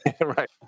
Right